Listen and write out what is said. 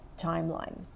timeline